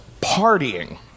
partying